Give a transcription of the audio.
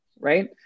Right